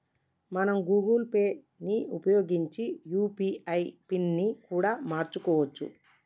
మనం Google Pay ని ఉపయోగించి యూ.పీ.ఐ పిన్ ని కూడా మార్చుకోవచ్చు